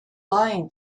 lying